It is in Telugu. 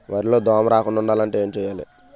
వరిలో దోమ రాకుండ ఉండాలంటే ఏంటి చేయాలి?